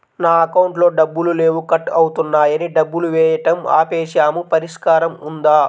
నా అకౌంట్లో డబ్బులు లేవు కట్ అవుతున్నాయని డబ్బులు వేయటం ఆపేసాము పరిష్కారం ఉందా?